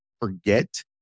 forget